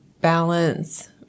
balance